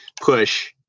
push